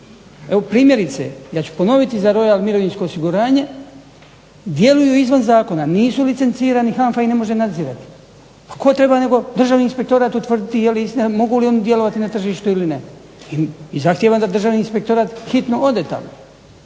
Evo primjerice, ja ću ponoviti za Royal mirovinsko osiguranje, djeluju izvan zakona, nisu licencirani i HANFA ih ne može nadzirati. A tko treba nego državni inspektorat utvrditi je li istina, mogu li oni djelovati na tržištu ili ne, i zahtijevam da državni inspektorat hitno ode tamo.